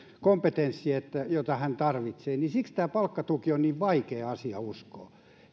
kompetenssi jota se tarvitsee siksi tämä palkkatuki on niin vaikea asia uskoa